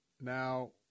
Now